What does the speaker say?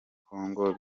kongo